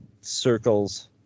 circles